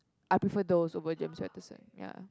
I prefer those over James Patterson ya